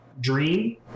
dream